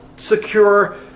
secure